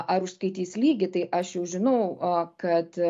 ar užskaitys lygį tai aš jau žinau kad